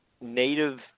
native